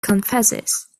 confesses